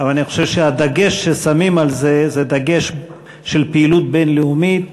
אבל אני חושב שהדגש ששמים על זה הוא דגש של פעילות בין-לאומית,